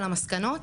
על המסקנות.